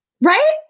Right